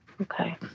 Okay